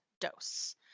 dose